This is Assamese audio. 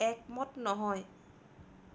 একমত নহয়